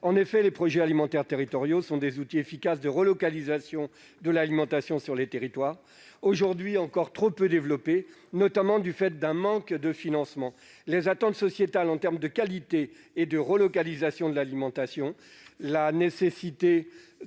le plan de relance. En effet, ce sont des outils efficaces de relocalisation de l'alimentation sur les territoires, aujourd'hui encore trop peu développés, notamment à cause d'un manque de financement. Les attentes sociétales en matière de qualité et de relocalisation de l'alimentation, la nécessité